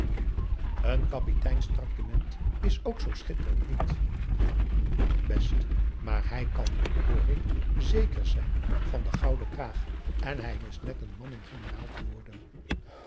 n kapiteins tractement is ook zoo schitterend niet best maar hij kan hoor ik zeker zijn van den gouden kraag en hij is net een man om generaal te worden